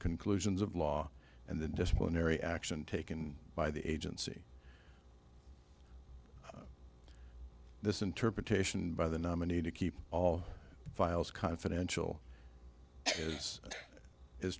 conclusions of law and then disciplinary action taken by the agency this interpretation by the nominee to keep all files confidential is